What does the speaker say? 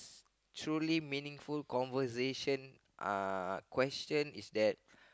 truly meaningful conversation uh question is that